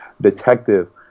detective